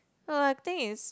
no I think is